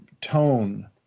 tone